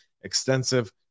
extensive